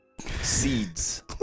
seeds